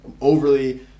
overly